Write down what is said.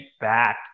back